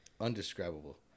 undescribable